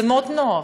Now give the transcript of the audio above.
זה מאוד נוח.